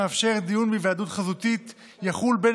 כמו כן מוצע לקבוע כי הסדר שמאפשר דיון בהיוועדות חזותית יחול בין